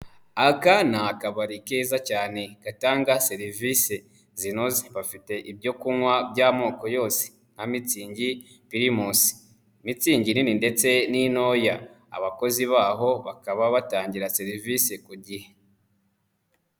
Aka ni akabari keza cyane, gatanga serivisi zinoze. Bafite ibyo kunywa by'amoko yose, nka mitsingi, primus. mitsingi nini ndetse n'intoya. Abakozi baho bakaba batangira serivisi ku gihe.